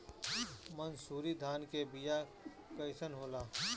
मनसुरी धान के बिया कईसन होला?